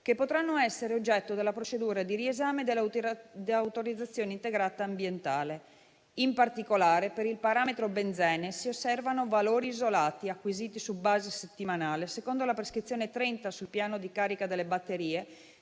che potranno essere oggetto della procedura di riesame dell'autorizzazione integrata ambientale. In particolare, per il parametro benzene si osservano valori isolati, acquisiti su base settimanale secondo la prescrizione 30, sul piano di carica delle batterie,